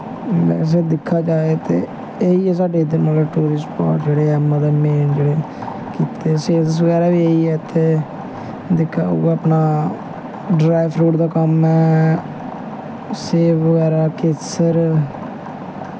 वैसे दिक्खेआ जाए ते एही ऐ साढ़े इद्धर टूरिस्ट स्पॉट मतलब मेन मेन जेह्ड़े कि ते सेलस बगैरा बी ऐही ऐ ते दिक्खो अपनी ड्राई फ्रूट दा कम्म ऐ सेब बगैरा केसर